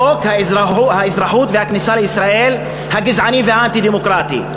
חוק האזרחות והכניסה לישראל הגזעני והאנטי-דמוקרטי?